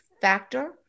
factor